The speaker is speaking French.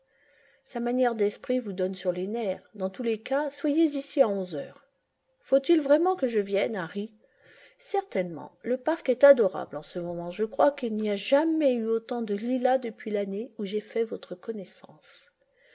sa manière d'esprit vous donne sur les nerfs dans tous les cas soyez ici à onze heures faut-il vraiment que je vienne harry certainement le parc est adorable en ce moment je crois qu'il n'y a jamais eu autant de lilas depuis l'année où j'ai fait votre connaissance